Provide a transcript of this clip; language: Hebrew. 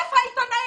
איפה היו העיתונאים?